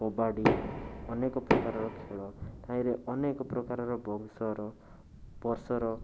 କବାଡ଼ି ଅନେକ ପ୍ରକାରର ଖେଳ ତାହିଁରେ ଅନେକ ପ୍ରକାରର ବଂଶର ବର୍ଷର